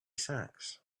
sacks